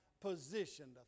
positioned